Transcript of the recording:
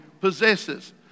possesses